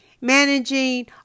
managing